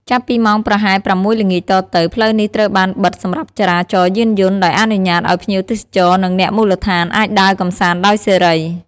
ចាប់ពីម៉ោងប្រហែល ៦ ល្ងាចតទៅ ផ្លូវនេះត្រូវបានបិទសម្រាប់ចរាចរណ៍យានយន្ត ដោយអនុញ្ញាតឲ្យភ្ញៀវទេសចរ និងអ្នកមូលដ្ឋានអាចដើរកម្សាន្តដោយសេរី។